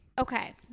Okay